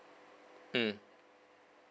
mm